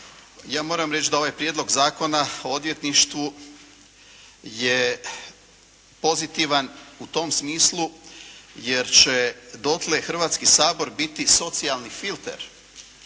ja moram reći da ovaj Prijedlog zakona o odvjetništvu je pozitivan u tom smislu jer će dotle Hrvatski sabor biti socijalni filter